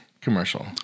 commercial